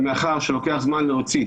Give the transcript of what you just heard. ומאחר שלוקח זמן להוציא,